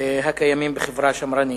הקיימים בחברה שמרנית.